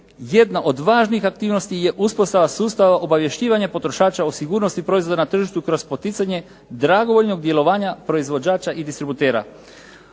Jedna od važnih aktivnosti je uspostava sustava obavješćivanja potrošača o sigurnosti proizvoda na tržištu kroz poticanje dragovoljnog djelovanja proizvođača i distributera.